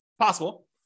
possible